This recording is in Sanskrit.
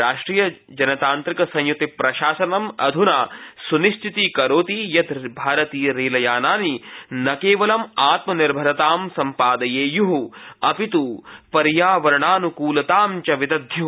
राष्ट्रयि जनतान्त्रिक संयुति प्रशासनम् अध्ना स्निश्चितीकरोति यत् भारतीय रेलयानानि ने केवलं आत्मनिर्भरतां सम्पादयुयु अपितु पर्यावरणानु कूलतां च विद्धयु